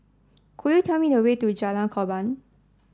could you tell me the way to Jalan Korban